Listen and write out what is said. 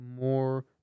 more